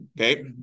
Okay